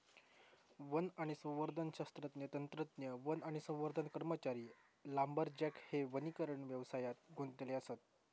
one आणि संवर्धन शास्त्रज्ञ, तंत्रज्ञ, वन आणि संवर्धन कर्मचारी, लांबरजॅक हे वनीकरण व्यवसायात गुंतलेले असत